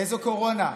איזה קורונה?